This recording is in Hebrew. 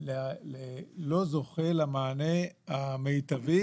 לא זוכה למענה המיטבי,